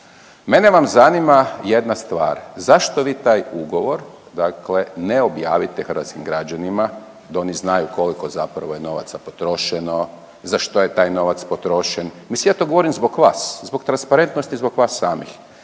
mene vam zanima jedna stvar, zašto vi taj ugovor dakle ne objavite hrvatskim građanima da oni znaju koliko zapravo je novaca potrošeno, za što je taj novac potrošen, mislim ja to govorim zbog vas, zbog transparentnosti zbog vas samih